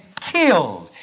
killed